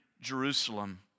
Jerusalem